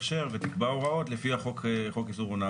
גוף נותן הכשר שמפר את אחת מההוראות שהשר קובע לפי סעיף 17,